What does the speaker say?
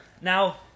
Now